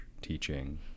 teaching